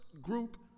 group